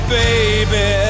baby